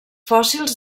fòssils